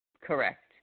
Correct